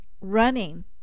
running